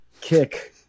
kick